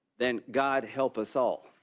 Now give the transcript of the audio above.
then god help us all.